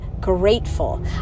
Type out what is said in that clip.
grateful